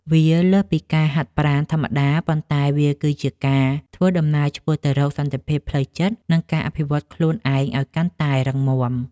វាលើសពីការហាត់ប្រាណធម្មតា ប៉ុន្តែវាគឺជាការធ្វើដំណើរឆ្ពោះទៅរកសន្តិភាពផ្លូវចិត្ត និងការអភិវឌ្ឍខ្លួនឯងឱ្យកាន់តែរឹងមាំ។